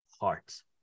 heart